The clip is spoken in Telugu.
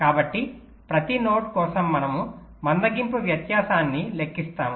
కాబట్టి ప్రతి నోడ్ కోసం మనము మందగింపు వ్యత్యాసాన్ని లెక్కిస్తాము